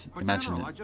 imagine